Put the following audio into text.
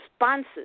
responses